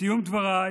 בסיום דבריי